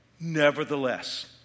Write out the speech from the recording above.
Nevertheless